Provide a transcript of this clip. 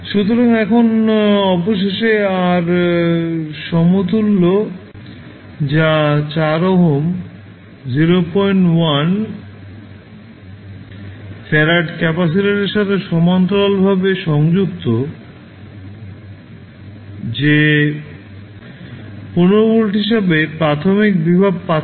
সুতরাং এখন অবশেষে R সমতুল্য যা 4 ওহম 01 ফ্যারাড ক্যাপাসিটরের সাথে সমান্তরালভাবে সংযুক্ত যে 15 ভোল্ট হিসাবে প্রাথমিক ভোল্টেজ পাচ্ছে